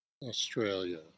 Australia